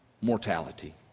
mortality